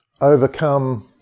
overcome